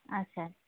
ᱟᱪᱪᱷᱟ